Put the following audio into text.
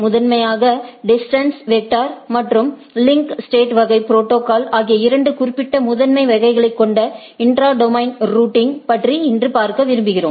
முதன்மையாக distance vector மற்றும் link state வகை ப்ரோடோகால் ஆகிய இரண்டு குறிப்பிட்ட முதன்மை வகைகளைக் கொண்ட இன்ட்ரா டொமைன் ரூட்டிங் பற்றி இன்று பார்க்க விரும்புகிறோம்